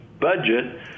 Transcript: budget